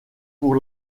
pour